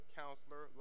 counselor